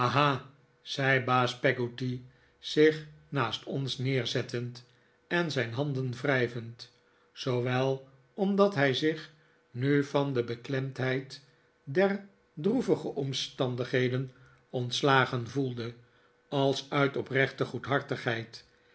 zei baas peggotty zich naast ons neerzettend en zijn handen wrijvend zoowel omdat hij zich nu van de beklemdheid der droevige omstandigheden ontslagen voelde alfc uit oprechte goedhartigheid